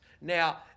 Now